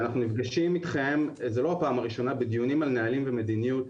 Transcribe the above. שאנחנו נפגשים אתכם זה לא הפעם הראשונה בדיונים על נהלים ומדיניות,